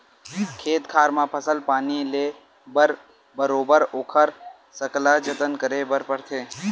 खेत खार म फसल पानी ले बर बरोबर ओखर सकला जतन करे बर परथे